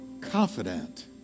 confident